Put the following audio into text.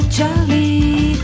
Charlie